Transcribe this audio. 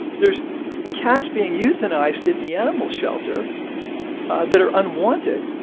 there's cats being euthanized at the animal shelter that are unwanted.